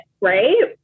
Right